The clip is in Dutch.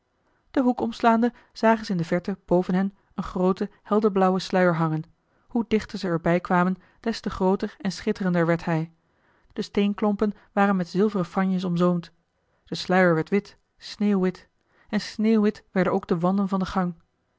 den hoek omslaande zagen ze in de verte boven hen een grooten helderblauwen sluier hangen hoe dichter ze er bij kwamen des te grooter en schitterender werd hij de steenklompen waren met zilveren franjes omzoomd de sluier werd wit sneeuwwit en sneeuwwit werden ook de wanden van de gang